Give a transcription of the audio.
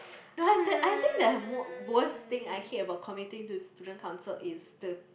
no I the I think the mo~ worst thing I hate about committing to student council is the